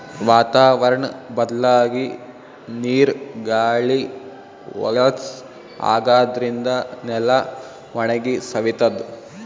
ವಾತಾವರ್ಣ್ ಬದ್ಲಾಗಿ ನೀರ್ ಗಾಳಿ ಹೊಲಸ್ ಆಗಾದ್ರಿನ್ದ ನೆಲ ಒಣಗಿ ಸವಿತದ್